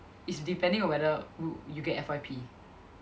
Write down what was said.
is depending on whether you get F_Y_P